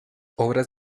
obras